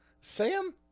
Sam